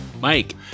Mike